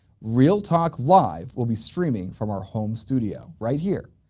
real talk live will be streaming from our home studio, right here.